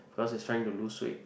because he's trying to lose weight